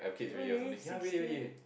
really sixteen